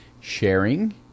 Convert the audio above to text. sharing